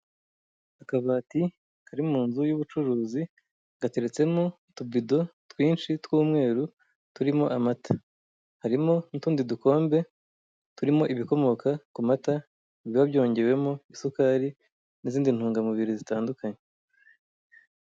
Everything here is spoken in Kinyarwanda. Akabati kari mu nzu y'ubucuruzi gateretsemo utubido twinshi tw'umweru turimo amata harimo n'utundi dukombe turimo ibikomoka ku mata bibabyongewemo isukari n'izindi ntungamubiri zitandukanye.